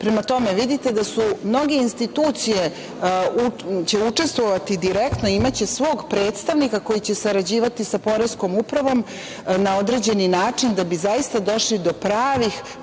tome vidite da mnoge institucije će učestvovati direktno, imaće svog predstavnika koji će sarađivati sa poreskom upravom, na određeni način da bi zaista došli do pravih podataka